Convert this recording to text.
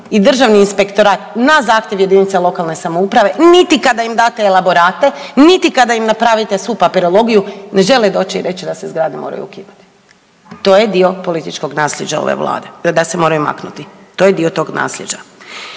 i Državni inspektorat na zahtjev jedinice lokalne samouprave niti kada im date elaborate, niti kada im napravite svu papirologiju ne žele doći i reći da se zgrade moraju ukinuti. To je dio političkog naslijeđa ove Vlade, da se moraju maknuti. To je dio tog naslijeđa.